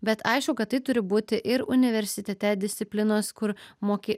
bet aišku kad tai turi būti ir universitete disciplinos kur mokė